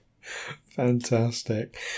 fantastic